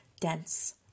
dense